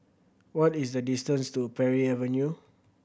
what is the distance to Parry Avenue